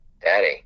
Daddy